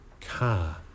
car